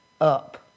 up